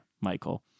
Michael